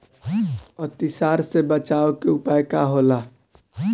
अतिसार से बचाव के उपाय का होला?